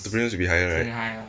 the turbulance will be higher right